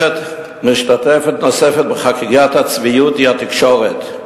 משתתפת נוספת בחגיגת הצביעות היא התקשורת.